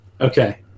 okay